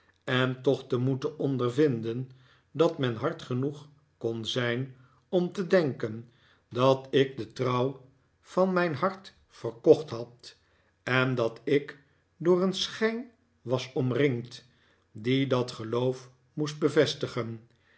en toch te moeten ondervinden dat men hard genoeg kon zijn om te denken dat ik de trouw van mijn hart verkocht had en dat ik door een schijn was omringd die dat geloof moest bevestigen